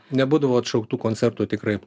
nebūdavo atšauktų koncertų tikrai